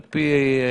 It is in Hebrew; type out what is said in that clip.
על פי נתונים,